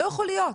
לא יכול להיות.